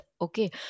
okay